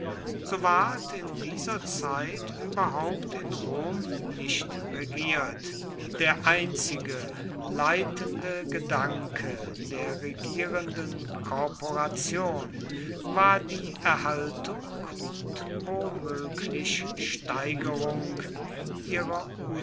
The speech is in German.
so ward in dieser zeit überhaupt in rom nicht regiert der einzige leitende gedanke der regierenden korporation war die erhaltung und womöglich steigerung ihrer